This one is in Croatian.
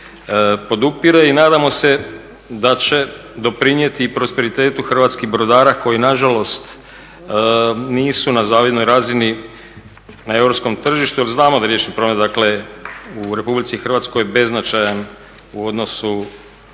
i nadamo se da će doprinijeti i prosperitetu hrvatskih brodara koji nažalost nisu na zavidnoj razini na europskom tržištu jer znamo da je riječni promet dakle u Republici Hrvatskoj beznačajan u odnosu